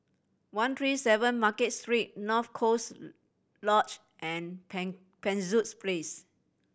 one three seven Market Street North Coast Lodge and Pen Penshurst Place